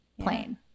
plane